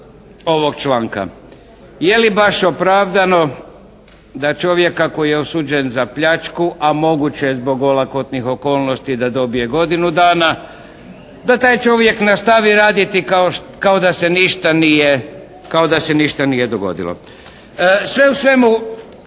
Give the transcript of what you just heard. ovog članka. Je li baš opravdano da čovjeka koji je osuđen za pljačku a moguće je zbog olakotnih okolnosti da dobije godinu dana da taj čovjek nastavi raditi kao da se ništa nije dogodilo. Sve u svemu